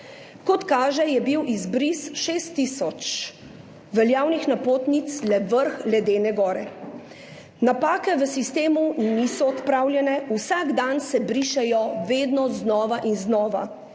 Kot kaže, je bil izbris 6 tisoč veljavnih napotnic le vrh ledene gore. Napake v sistemu niso odpravljene, vsak dan se brišejo vedno znova in znova.